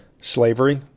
slavery